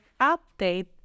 update